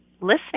listening